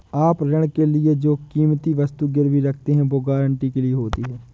आप ऋण के लिए जो कीमती वस्तु गिरवी रखते हैं, वो गारंटी के लिए होती है